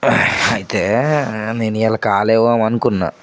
అయితే నేను ఇవాళ ఖాళీగా పడుకున్నా